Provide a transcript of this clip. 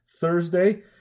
Thursday